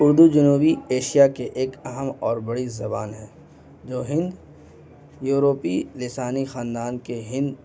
اردو جنوبی ایشیا کے ایک اہم اور بڑی زبان ہے جو ہند یوروپی لسانی خاندان کے ہند